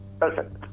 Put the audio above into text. perfect